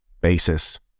basis